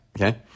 okay